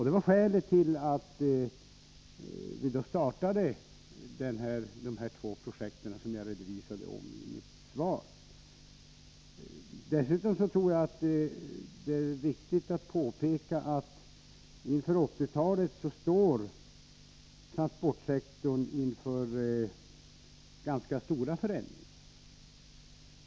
Det var skälet till att vi då startade de två projekt som jag redovisade i mitt svar. Jag tror att det är viktigt att påpeka att transportsektorn på 1980-talet står inför ganska stora förändringar.